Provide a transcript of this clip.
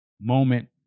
moment